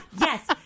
Yes